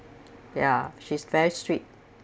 ya she's very strict